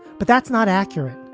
but that's not accurate.